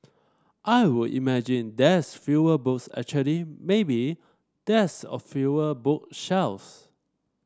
I would imagine there's fewer books actually maybe there's a fewer book shelves